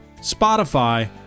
Spotify